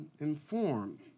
informed